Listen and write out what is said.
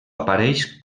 apareix